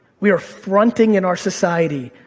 we are fronting in our society.